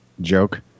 joke